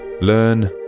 learn